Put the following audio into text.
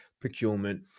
procurement